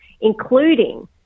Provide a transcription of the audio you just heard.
Including